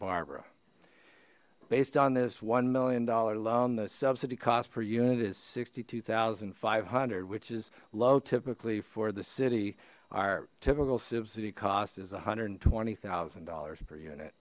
barbara based on this one million dollar loan the subsidy cost per unit is sixty two thousand five hundred which is low typically for the city our typical subsidy cost is a hundred and twenty thousand dollars per unit